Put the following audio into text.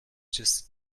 just